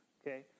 okay